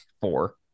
Four